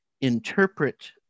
interpret